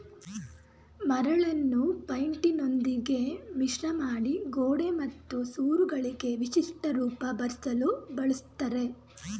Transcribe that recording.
ಮರಳನ್ನು ಪೈಂಟಿನೊಂದಿಗೆ ಮಿಶ್ರಮಾಡಿ ಗೋಡೆ ಮತ್ತು ಸೂರುಗಳಿಗೆ ವಿಶಿಷ್ಟ ರೂಪ ಬರ್ಸಲು ಬಳುಸ್ತರೆ